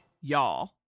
Y'all